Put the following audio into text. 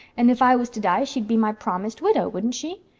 and if i was to die she'd be my promised widow, wouldn't she?